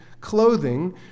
clothing